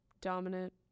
dominant